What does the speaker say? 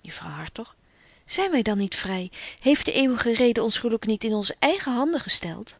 juffrouw hartog zyn wy dan niet vry betje wolff en aagje deken historie van mejuffrouw sara burgerhart heeft de eeuwige reden ons geluk niet in onze eigen handen gestelt